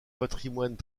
patrimoine